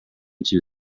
two